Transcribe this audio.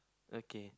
okay